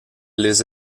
les